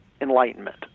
Enlightenment